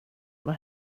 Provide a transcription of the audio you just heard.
vad